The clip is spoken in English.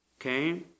okay